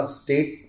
state